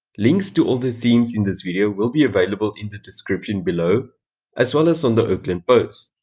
links to all the themes in this video will be available in the description below as well as on the ohklyn post.